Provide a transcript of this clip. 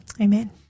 amen